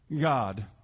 God